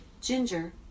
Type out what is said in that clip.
ginger